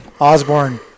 Osborne